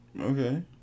Okay